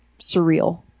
surreal